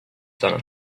son